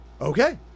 Okay